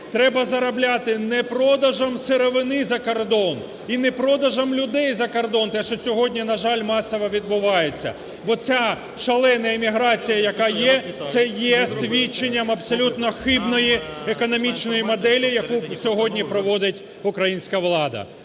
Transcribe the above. Треба заробляти не продажем сировини за кордон і не продажем людей за кордон, те, що сьогодні, на жаль, масово відбувається. Бо ця шалена еміграція, яка є, це є свідченням абсолютно хибної економічної моделі, яку сьогодні проводить українська влада.